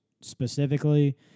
specifically